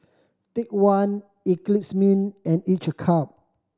Take One Eclipse Mint and Each cup